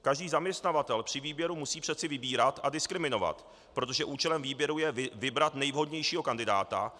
Každý zaměstnavatel při výběru musí přeci vybírat a diskriminovat, protože účelem výběru je vybrat nejvhodnějšího kandidáta.